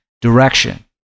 direction